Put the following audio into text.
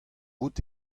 out